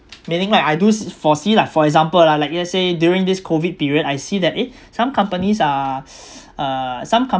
meaning like I do s~ foresee lah for example ah like let's say during this COVID period I see that eh some companies are uh some